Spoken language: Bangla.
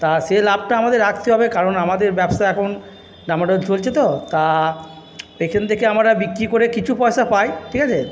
তা সে লাভটা আমাদের রাখতে হবে কারণ আমাদের ব্যবসা এখন ডামাডোল চলছে তো তা এইখান থেকে আমরা বিক্রি করে কিছু পয়সা পাই ঠিক আছে